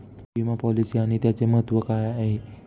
विमा पॉलिसी आणि त्याचे महत्व काय आहे?